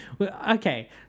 okay